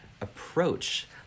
approach